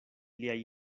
liaj